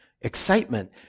Excitement